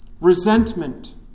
resentment